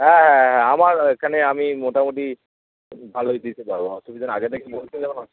হ্যাঁ হ্যাঁ হ্যাঁ আমার এখানে আমি মোটামুটি ভালোই দিতে পারবো অসুবিধে নেই আগে থেকে বলতে যেন